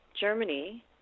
Germany